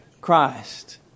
Christ